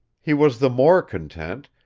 he was the more content,